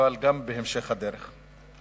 אבל גם בהמשך הדרך.